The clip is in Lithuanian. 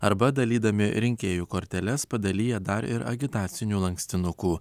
arba dalydami rinkėjų korteles padalija dar ir agitacinių lankstinukų